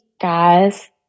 guys